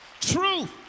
Truth